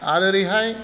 आरो ओरैहाय